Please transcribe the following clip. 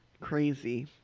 Crazy